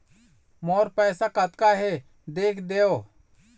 मोर पैसा कतका हे देख देव?